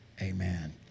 Amen